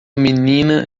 menina